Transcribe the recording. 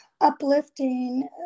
uplifting